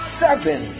seven